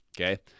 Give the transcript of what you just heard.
Okay